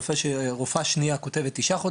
על דיווח הורים אי אפשר למלא טופס.